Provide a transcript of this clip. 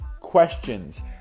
questions